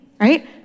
right